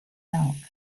milk